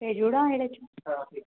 भेजी औड़ा एह्दे च हां